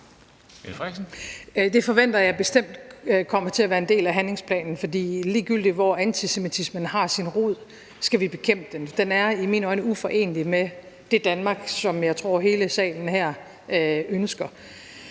Det forventer jeg bestemt kommer til at være en del af handlingsplanen, for ligegyldigt hvor antisemitismen har sin rod, skal vi bekæmpe den. Den er i mine øjne uforenelig med det Danmark, som jeg tror hele salen her ønsker,